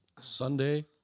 Sunday